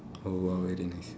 oh !wow! very nice